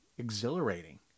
Exhilarating